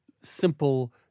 simple